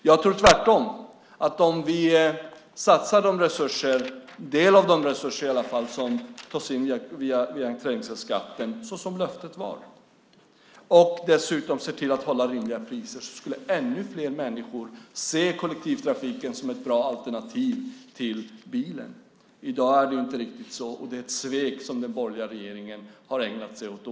Jag tror tvärtom att om vi satsade i alla fall en del av de resurser som tas in via trängselskatten, såsom löftet var, och dessutom såg till att hålla rimliga priser, skulle ännu fler människor se kollektivtrafiken som ett bra alternativ till bilen. I dag är det inte riktigt så, och det är ett svek som den borgerliga regeringen har ägnat sig åt.